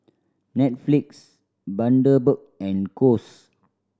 Netflix Bundaberg and Kose